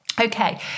Okay